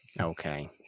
okay